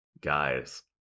guys